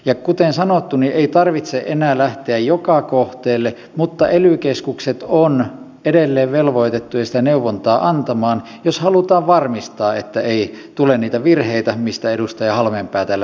ja kuten sanottu ei tarvitse enää lähteä joka kohteelle mutta ely keskukset ovat edelleen velvoitettuja sitä neuvontaa antamaan jos halutaan varmistaa että ei tule niitä virheitä mistä edustaja halmeenpää täällä mainitsi